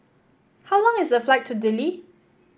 how long is the flight to Dili